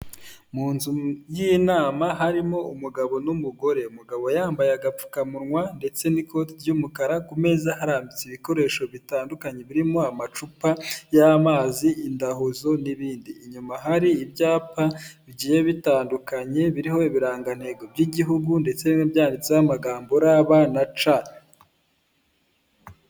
Mu nzu y'inama harimo umugabo n'umugore. Umugabo yambaye agapfukamunwa ndetse n'ikoti ry'umukara, ku meza harambitse ibikoresho bitandukanye birimo amacupa y'amazi, indahuzo n'ibindi. Inyuma hari ibyapa bigiye bitandukanye, biriho ibirangantego by'igihugu ndetse bimwe byanditseho amagambo ra, ba na ca.